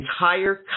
entire